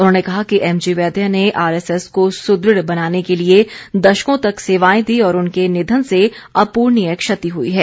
उन्होंने कहा कि एमजी वैद्य ने आरएसएस को सुदृढ़ बनाने के लिए दशकों तक सेवाएं दी और उनके निधन से अपूर्णीय क्षति हुई है